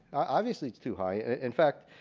obviously it's too high. in fact,